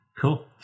cool